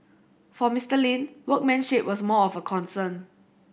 for Mister Lin workmanship was more of a concern